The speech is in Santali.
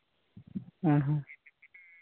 ᱦᱮᱸ ᱦᱮᱸ